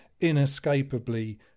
inescapably